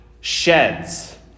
Sheds